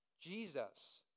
Jesus